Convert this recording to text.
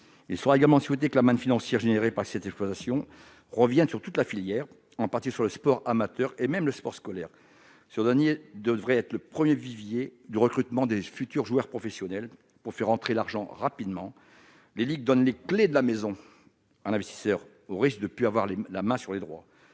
Il est également souhaitable que la manne financière apportée par cette exploitation entraîne des retombées sur toute la filière, notamment sur le sport amateur et le sport scolaire, qui devrait être le premier vivier de recrutement des futurs joueurs professionnels. Pour faire rentrer l'argent rapidement, les ligues donnent les clés de la maison à l'investisseur, au risque de ne plus avoir la main sur les droits.